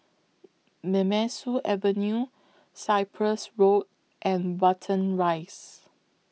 Nemesu Avenue Cyprus Road and Watten Rise